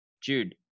Jude